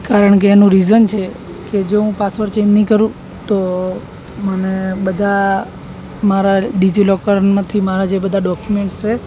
કારણ કે એનું રિઝન છે કે જો હું પાસવડ ચેન્જ નહીં કરું તો મને બધા મારા ડિજીલોકરમાંથી મારાં જે બધા ડોક્યુમેન્ટ્સ છે